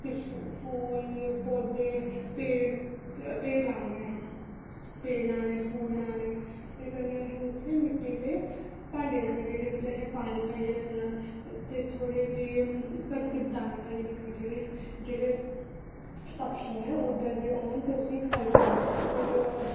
ते फुल्ल पौधे पेड़ पेड़ लाने असें पेड़ लाने फुल्ल लाने ते कन्नै असें उत्थै मिट्टी दे भांडे रक्खने जेह्दे बिच असें पानी पाइयै रक्खना ते थोह्ड़े जेह् कनक च पाइयै दाने रक्खने जेह्ड़े पक्षी उड्डरदे औन ते उसी खाई सकन ते